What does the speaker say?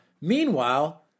Meanwhile